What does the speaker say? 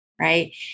right